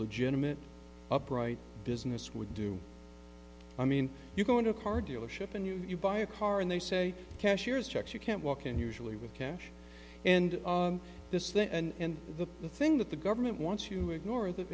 legitimate upright business would do i mean you go into a car dealership and you buy a car and they say cashier's checks you can't walk in usually with cash and this that and the thing that the government wants to ignore th